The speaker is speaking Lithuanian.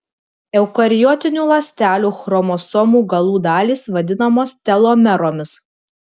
eukariotinių ląstelių chromosomų galų dalys vadinamos telomeromis